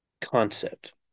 concept